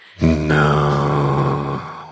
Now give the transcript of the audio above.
No